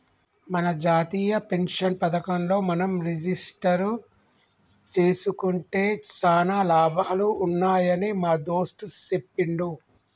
మన జాతీయ పెన్షన్ పథకంలో మనం రిజిస్టరు జేసుకుంటే సానా లాభాలు ఉన్నాయని మా దోస్త్ సెప్పిండు